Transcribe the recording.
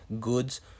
goods